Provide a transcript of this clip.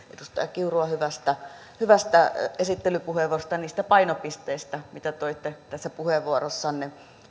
edustaja kiurua hyvästä hyvästä esittelypuheenvuorosta ja niistä painopisteistä mitä toitte tässä puheenvuorossanne